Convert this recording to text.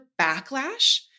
backlash